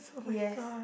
yes